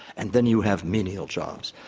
and then you have menial jobs.